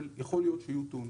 אבל יכול להיות שיהיו תאונות.